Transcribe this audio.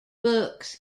books